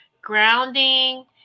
grounding